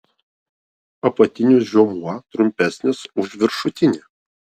apatinis žiomuo trumpesnis už viršutinį